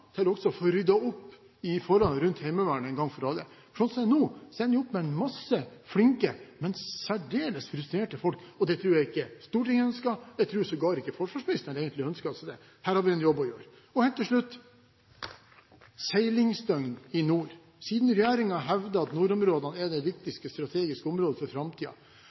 også å få ryddet opp i forholdene rundt Heimevernet en gang for alle. Sånn som det er nå, ender vi opp med en masse flinke, men særdeles frustrerte folk, og det tror jeg ikke Stortinget ønsker. Jeg tror sågar ikke forsvarsministeren egentlig ønsker seg det. Her har vi en jobb å gjøre. Helt til slutt seilingsdøgn i nord: Siden regjeringen hevder at nordområdene er det viktigste strategiske området for